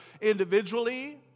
individually